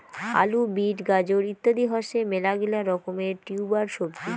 আলু, বিট, গাজর ইত্যাদি হসে মেলাগিলা রকমের টিউবার সবজি